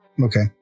Okay